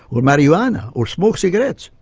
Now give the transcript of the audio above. or marijuana, or smoke cigarettes.